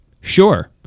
sure